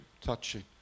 touching